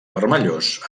vermellós